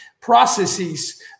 processes